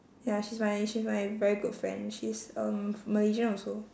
ya she's my she's my very good friend she's um malaysian also